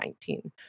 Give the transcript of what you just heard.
2019